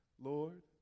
Lord